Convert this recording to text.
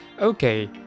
Okay